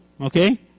okay